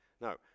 No